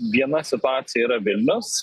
viena situacija yra vilnius